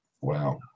Wow